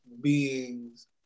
beings